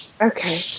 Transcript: Okay